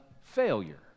failure